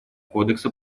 кодекса